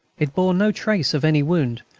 it bore no trace of any wound,